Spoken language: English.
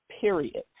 period